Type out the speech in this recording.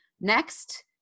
Next